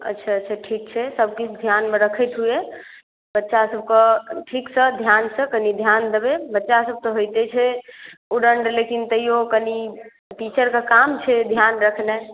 अच्छा अच्छा ठीक छै सभकिछु ध्यानमे रखैत हुए बच्चा सभकेँ ठीकसँ ध्यानसँ कनि ध्यान देबै बच्चासभ तऽ होइते छै उद्दण्ड लेकिन तैयो कनि टीचरके काम छियै ध्यान रखनाइ